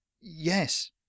Yes